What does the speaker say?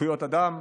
זכויות אדם?